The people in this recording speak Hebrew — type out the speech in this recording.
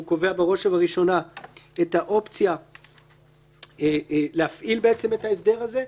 הוא קובע בראש וראשונה את האופציה להפעיל בעצם את ההסדר הזה,